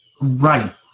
Right